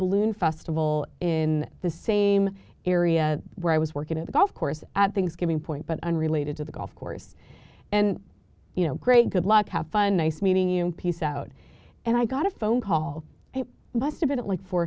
balloon festival in the same area where i was working at the golf course at things given point but unrelated to the golf course and you know great good luck have fun nice meeting you piece out and i got a phone call a bust a bit like four